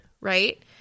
right